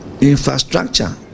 infrastructure